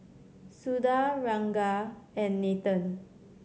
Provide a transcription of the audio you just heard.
Suda Ranga and Nathan